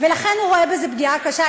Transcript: הוא רואה בזה פגיעה קשה.